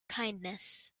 kindness